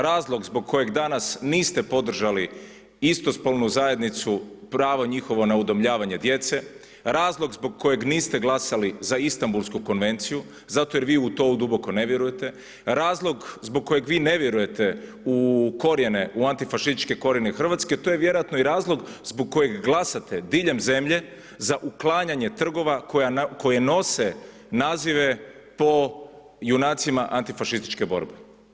Razlog zbog kojeg danas niste podržali istospolnu zajednicu, pravo njihovo na udomljavanje djece, razlog zbog kojeg niste za Istambulsku konvenciju, zato jer vi u to duboko ne vjerujete, razlog zbog kojeg vi ne vjerujete u korijene, u antifašističke korijene Hrvatske, to je vjerojatno i razlog zbog kojeg glasate diljem zemlje za uklanjanje trgova, koji nose nazive po junacima antifašističke borbe.